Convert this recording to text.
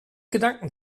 gedanken